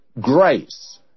grace